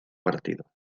partido